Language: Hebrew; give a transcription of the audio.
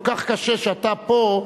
כל כך קשה שאתה פה,